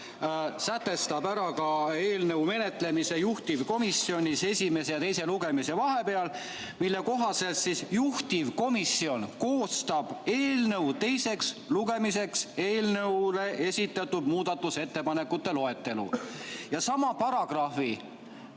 sätestab ka eelnõu menetlemise juhtivkomisjonis esimese ja teise lugemise vahepeal. Selle kohaselt koostab juhtivkomisjon eelnõu teiseks lugemiseks eelnõu kohta esitatud muudatusettepanekute loetelu. Ja sama paragrahvi